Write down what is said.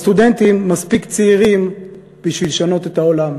הסטודנטים מספיק צעירים בשביל לשנות את העולם,